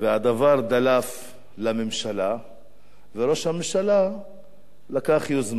הדבר דלף לממשלה וראש הממשלה לקח יוזמה,